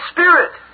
Spirit